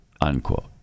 unquote